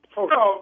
Hello